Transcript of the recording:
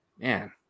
man